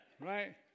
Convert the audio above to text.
Right